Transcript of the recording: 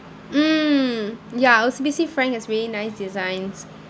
mm ya O_C_B_C frank has really nice designs